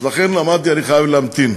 לכן אמרתי: אני חייב להמתין.